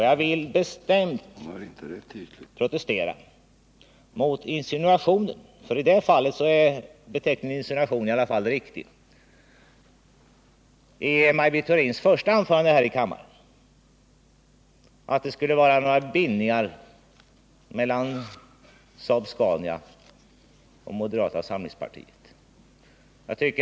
Jag vill bestämt protestera mot sådana insinuationer — i det här fallet är den beteckningen riktig. Maj Britt Theorin sade i sitt första anförande här i kammaren att det skulie finnas bindningar mellan Saab-Scania och moderata samlingspartiet.